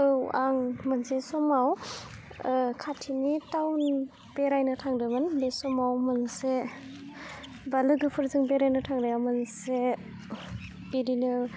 औ आं मोनसे समाव खाथिनि टाउन बेरायनो थांदोंमोन बे समाव मोनसे बा लोगोफोरजों बेरायनो थांनायाव मोनसे बिदिनो